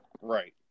right